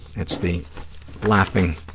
it's the laughing,